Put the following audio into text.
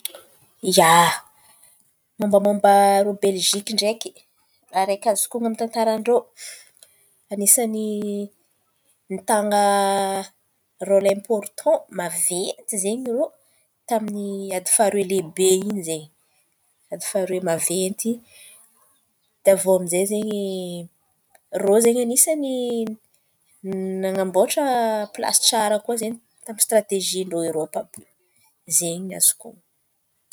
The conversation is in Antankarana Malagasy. Ia, mombamomba irô Beliziky ndraiky raha araiky azoko honon̈o amin'ny tantaran-drô anisan̈y nitan̈a rôla empôrtan maventy zen̈y irô, tamin'ny ady faharoe lehibe in̈y zen̈y, ady faharoe maventy. De avô aminjay zen̈y irô zen̈y anisan̈y nanamboatra plasy tsara koa izen̈y tamin'ny stiratezin-drô Erôpy àby iô zen̈y ny azoko honon̈o.